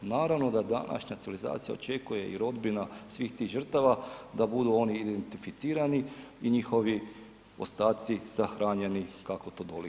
Naravno da današnja civilizacija očekuje i rodbina svih tih žrtava da budu oni identificirani i njihovi ostaci sahranjeni kako to dolikuje.